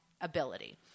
ability